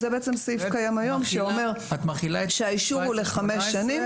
זה בעצם סעיף קיים היום שאומר שהאישור הוא לחמש שנים.